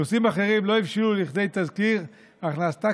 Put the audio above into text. נושאים אחרים לא הבשילו לכדי תזכיר אך נעשתה